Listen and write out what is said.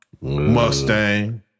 Mustang